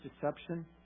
deception